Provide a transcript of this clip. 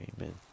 Amen